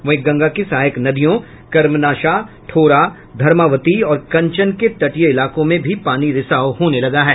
वहीं गंगा की सहायक नदियों कर्मनाशा ठोरा धर्मावती और कंचन के तटीय इलाको में भी पानी रिसाव होने लगा है